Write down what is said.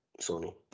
Sony